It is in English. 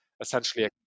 essentially